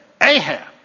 Ahab